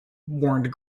warned